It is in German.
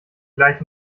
gleich